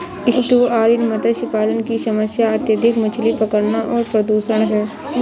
estuarine मत्स्य पालन की समस्या अत्यधिक मछली पकड़ना और प्रदूषण है